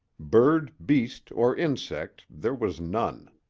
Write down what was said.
bird, beast, or insect there was none.